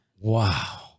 Wow